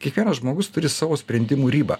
kiekvienas žmogus turi savo sprendimų ribą